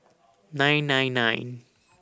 nine nine nine